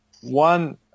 one